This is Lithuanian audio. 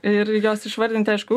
ir jos išvardinti aišku